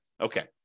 Okay